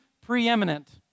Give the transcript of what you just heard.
preeminent